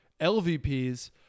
lvps